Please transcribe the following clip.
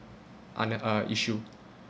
on this uh issue